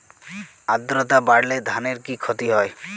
আদ্রর্তা বাড়লে ধানের কি ক্ষতি হয়?